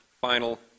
final